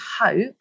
hope